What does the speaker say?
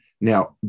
now